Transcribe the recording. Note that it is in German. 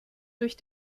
durch